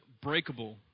breakable